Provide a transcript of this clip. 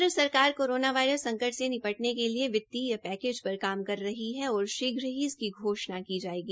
केन्द्र सरकार corona virus संकट से निपटने के लिए वित्तीय पैकेज पर काम कर रही है और शीघ्र ही इसकी घोषणा की जायेगी